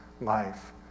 life